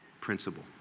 principle